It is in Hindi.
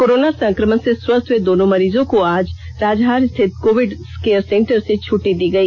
कोरोना संक्रमण से स्वस्थ हए दोनों मरीजों को आज राजहर स्थित कोविड केयर सेंटर से छुट्टी दी गई